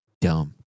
dumb